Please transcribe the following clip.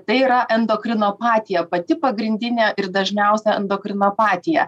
tai yra endokrinopatija pati pagrindinė ir dažniausia endokrinopatija